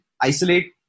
isolate